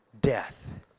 death